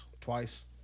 Twice